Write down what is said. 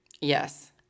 Yes